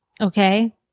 okay